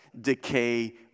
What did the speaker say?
Decay